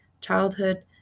childhood